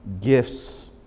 Gifts